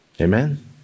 Amen